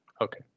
Okay